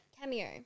cameo